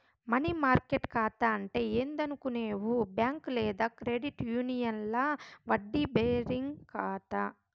money market కాతా అంటే ఏందనుకునేవు బ్యాంక్ లేదా క్రెడిట్ యూనియన్ల వడ్డీ బేరింగ్ కాతా